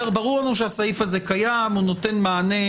ברור לנו שהסעיף הזה קיים, הוא נותן מענה,